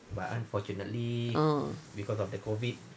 ah